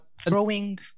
throwing